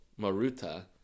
Maruta